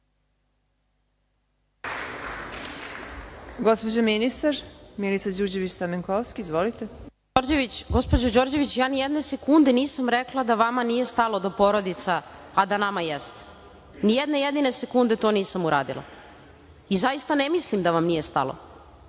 ima reč. **Milica Đurđević Stamenkovski** Gospođo Đorđević, ja ni jedne sekunde nisam rekla vama nije stalo do porodica a da nama jeste. Ni jedne jedine sekunde to nisam uradila. I zaista ne mislim da vam nije stalo.